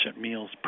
meals